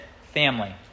family